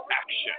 action